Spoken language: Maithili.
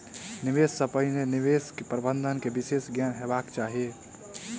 निवेश सॅ पहिने निवेश प्रबंधन के विशेष ज्ञान हेबाक चाही